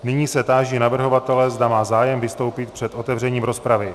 Nyní se táži navrhovatele, zda má zájem vystoupit před otevřením rozpravy.